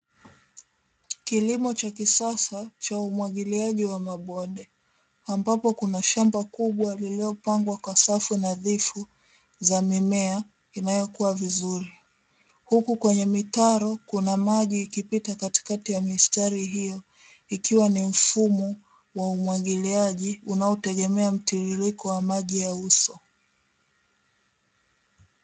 Kilimo cha kisasa cha umwagiliaji wa mabonde ambapo kuna shamba kubwa lililo pangwa kwa safu nadhifu za mimea inayokuwa vizuri, huku kwenye mitaro kuna maji yakipita katikati ya mistari hiyo ikiwa ni mfumo wa umwagiliaji unaotegemea mtiririko wa maji ya uso.